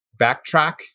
backtrack